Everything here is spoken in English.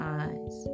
eyes